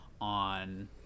on